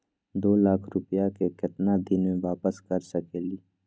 दो लाख रुपया के केतना दिन में वापस कर सकेली?